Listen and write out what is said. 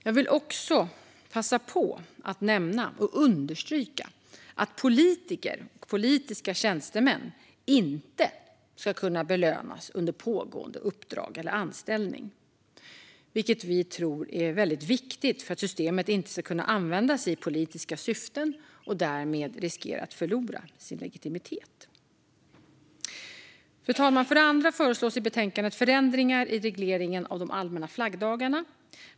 Jag vill också passa på att nämna och understryka att politiker och politiska tjänstemän inte ska kunna belönas under pågående uppdrag eller anställning, vilket vi tror är väldigt viktigt för att systemet inte ska kunna användas i politiska syften och därmed riskera att förlora sin legitimitet. Fru talman! För det andra föreslås i betänkandet förändringar i regleringen av de allmänna flaggdagarna.